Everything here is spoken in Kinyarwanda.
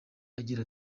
agira